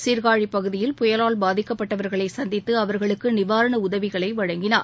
சீர்காழி பகுதியில் புயலால் பாதிக்கப்பட்டவர்களை சந்தித்து அவர்களுக்கு நிவாரண உதவிகளை வழங்கினார்